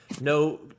no